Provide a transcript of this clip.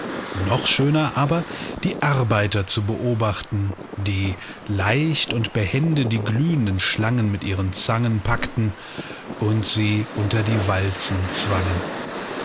noch schöner aber die arbeiter zu beobachten die leicht und behende die glühenden schlangen mit ihren zangen packten und sie unter die walzen zwangen